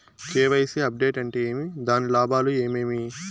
KYC update అంటే ఏమి? దాని లాభాలు ఏమేమి?